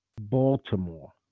Baltimore